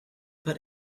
but